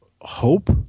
Hope